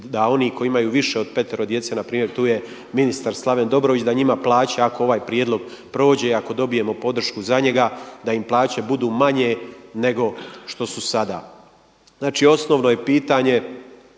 da oni koji imaju više od petero djece, npr. tu je ministar Slaven Dobrović, da njima plaća ako ovaj prijedlog prođe, ako dobijemo podršku za njega, da im plaće budu manje nego što su sada. Znači, osnovno je pitanje